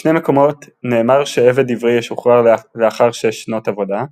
בשני מקומות נאמר שעבד עברי ישוחרר לאחר שש שנות עבודה,